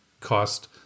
cost